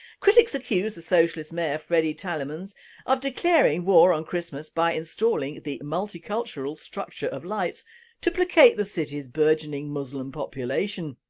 critics accuse the socialist mayor, freddy thielemans, of declaring war on christmas by installing the multicultural structure of lights to placate the city's burgeoning muslim population.